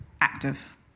Active